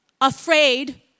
afraid